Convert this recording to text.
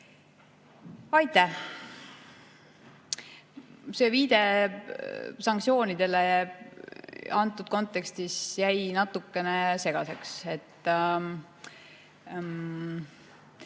Aitäh! See viide sanktsioonide kontekstis jäi natukene segaseks.